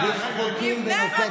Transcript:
חבר הכנסת דוידסון, חבר הכנסת